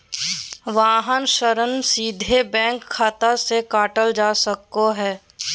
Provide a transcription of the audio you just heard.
वाहन ऋण सीधे बैंक खाता से काटल जा सको हय